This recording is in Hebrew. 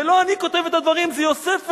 ולא אני כותב את הדברים, זה יוספוס.